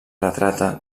retrata